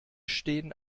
stehen